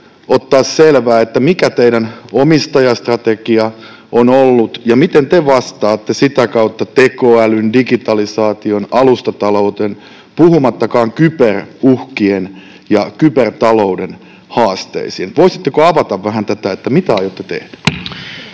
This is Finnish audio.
ottaa selvää, mikä teidän omistajastrategianne on ollut ja miten te vastaatte sitä kautta tekoälyn, digitalisaation, alustatalouden haasteisiin, puhumattakaan kyberuhkien ja kybertalouden haasteista. Voisitteko avata vähän, mitä aiotte tehdä?